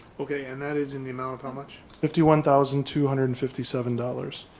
okay, and that is in the amount of how much? fifty one thousand two hundred and fifty seven dollars.